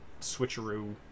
switcheroo